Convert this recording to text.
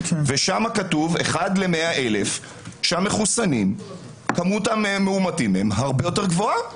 ושם כתוב באחד ל-100,000 שכמות המאומתים מהמחוסנים הרבה יותר גבוהה.